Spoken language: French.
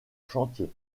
chantier